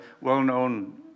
well-known